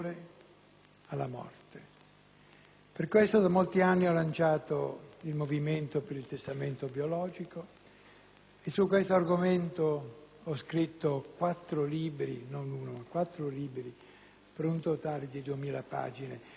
Per questo da molti anni ho lanciato il movimento per il testamento biologico e, su questo argomento, ho scritto quattro libri (non uno, ma quattro libri), per un totale di 2.000 pagine. Perché il tema è complesso,